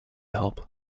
help